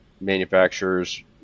manufacturers